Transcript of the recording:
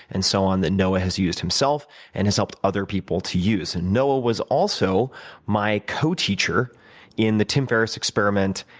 and so on that noah has used himself and has helped other people to use. and noah was also my co-teacher in the tim ferris experiment,